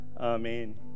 amen